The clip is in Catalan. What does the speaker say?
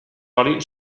oli